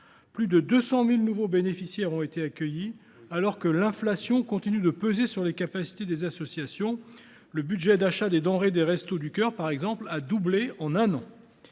Plus de 200 000 nouveaux bénéficiaires ont été accueillis, alors que l’inflation continue de peser sur les capacités des associations : le budget d’achat de denrées des Restos du Cœur, par exemple, a doublé en un an